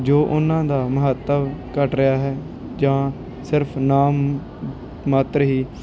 ਜੋ ਉਨ੍ਹਾਂ ਦਾ ਮਹੱਤਵ ਘੱਟ ਰਿਹਾ ਹੈ ਜਾਂ ਸਿਰਫ ਨਾ ਮਾਤਰ ਹੀ